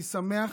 אני שמח,